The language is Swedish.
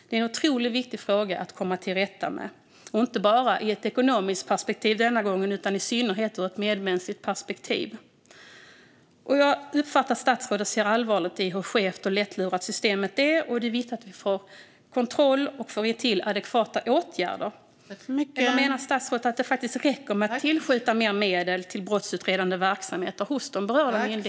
Det är en otroligt viktig fråga att komma till rätta med, denna gång inte bara ur ett ekonomiskt perspektiv utan i synnerhet ur ett medmänskligt perspektiv. Jag uppfattar att statsrådet ser allvarligt på hur skevt och lättlurat systemet är. Det är viktigt att vi får kontroll och får till adekvata åtgärder. Eller menar statsrådet att det faktiskt räcker att tillskjuta mer medel till brottsutredande verksamhet hos de berörda myndigheterna?